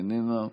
איננה.